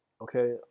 okay